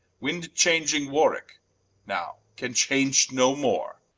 wind-changing warwicke now can change no more.